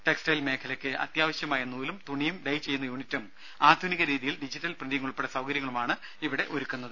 textile മേഖലയ്ക്ക് അത്യാവശ്യമായ നൂലും തുണിയും ഡൈ ചെയ്യുന്ന യൂണിറ്റും ആധുനിക രീതിയിൽ ഡിജിറ്റൽ പ്രിന്റിംഗ് ഉൾപ്പെടെ സൌകര്യങ്ങളുമാണ് ഇവിടെ ഒരുക്കുന്നത്